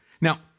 Now